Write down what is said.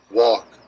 walk